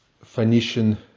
Phoenician